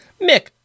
Mick